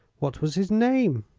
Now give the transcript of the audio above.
what was his name?